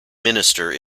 minister